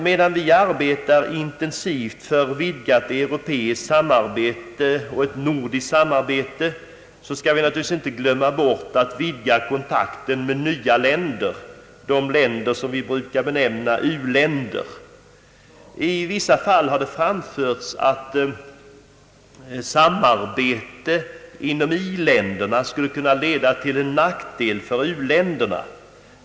Medan vi arbetar intensivt för ett vidgat europeiskt samarbete och ett nordiskt samarbete, skall vi naturligtvis inte glömma bort att vidga kontakten med nya länder, länder som vi brukar benämna u-länder. I vissa fall har det framförts att samarbete inom i-länderna skulle kunna medföra nackdel för u-länderna.